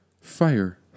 Fire